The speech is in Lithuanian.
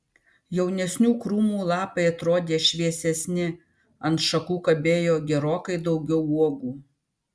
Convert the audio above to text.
jaunesnių krūmų lapai atrodė šviesesni ant šakų kabėjo gerokai daugiau uogų